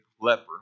leper